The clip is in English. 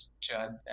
Judd